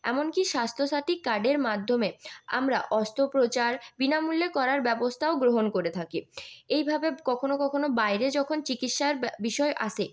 এমনকি স্বাস্থ্যসাথী কার্ডের মাধ্যমে আমরা অস্ত্রোপচার বিনামূল্যে করার ব্যবস্থা গ্রহণ করে থাকি এই ভাবে কখনো কখনো বাইরে যখন চিকিৎসার বিষয় আসে